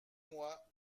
moi